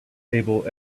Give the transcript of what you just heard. able